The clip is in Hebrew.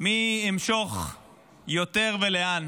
מי ימשוך יותר ולאן.